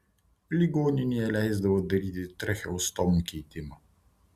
ligoninėje leisdavo daryti tracheostomų keitimą